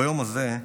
ביום הזה,